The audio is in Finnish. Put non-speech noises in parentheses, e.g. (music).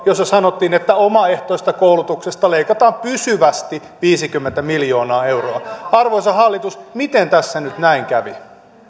(unintelligible) jossa sanottiin että omaehtoisesta koulutuksesta leikataan pysyvästi viisikymmentä miljoonaa euroa arvoisa hallitus miten tässä nyt näin kävi